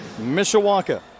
Mishawaka